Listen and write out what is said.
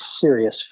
serious